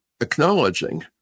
acknowledging